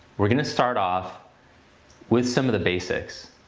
we're gonna start off with some of the basics.